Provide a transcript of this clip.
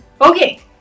okay